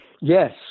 Yes